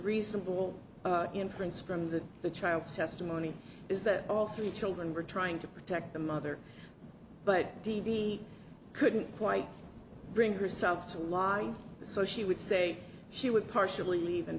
reasonable inference from the the child's testimony is that all three children were trying to protect the mother but d d couldn't quite bring herself to lie so she would say she would partially leave